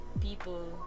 people